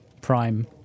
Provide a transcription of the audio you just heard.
prime